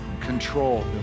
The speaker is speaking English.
control